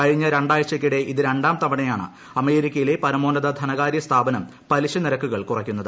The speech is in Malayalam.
കഴിഞ്ഞ രണ്ടാഴ്ചയ്ക്കിടെ ഇത് രണ്ടാം തവണയാണ് അമേരിക്കയിലെ പരമോന്നത ധനകാര്യ സ്ഥാപനം പലിശ നിരക്കുകൾ കുറയ്ക്കുന്നത്